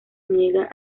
niega